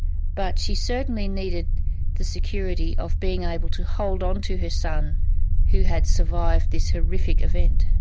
but she certainly needed the security of being able to hold on to her son who had survived this horrific event.